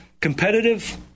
Competitive